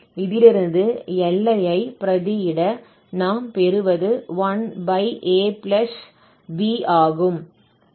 இதிலிருந்து எல்லையை பிரதியிட நாம் பெறுவது 1ab ஆகும்